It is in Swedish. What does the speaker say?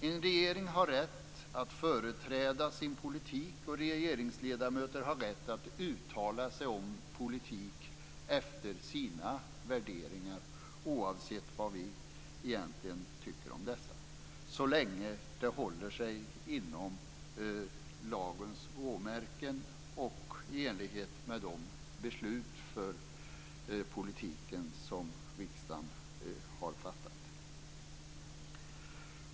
En regering har rätt att företräda sin politik, och regeringsledamöter har rätt att uttala sig om politik efter sina värderingar, oavsett vad vi egentligen tycker om dessa, så länge de håller sig inom lagens råmärken och i enlighet med de beslut för politiken som riksdagen har fattat.